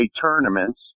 tournaments